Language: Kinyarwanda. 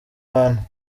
one